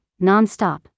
nonstop